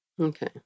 Okay